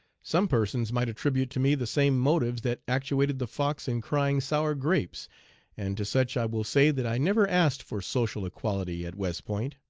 some persons might attribute to me the same motives that actuated the fox in crying sour grapes and to such i will say that i never asked for social equality at west point.